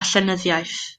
llenyddiaeth